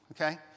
okay